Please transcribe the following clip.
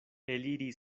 eliri